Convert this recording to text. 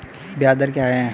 ब्याज दर क्या है?